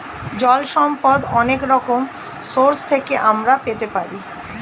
জল সম্পদ অনেক রকম সোর্স থেকে আমরা পেতে পারি